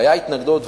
שהיתה התנגדות,